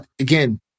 again